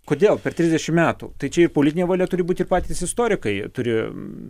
kodėl per trisdešimt metų tai čia ir politinė valia turi būti patys istorikai turi